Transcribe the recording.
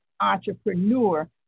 entrepreneur